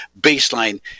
baseline